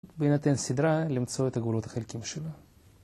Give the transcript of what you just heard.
בהינתן סדרה למצוא את הגבולות החלקיים שלה.